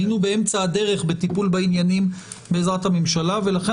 היינו באמצע הדרך בטיפול בעניינים בעזרת הממשלה ולכן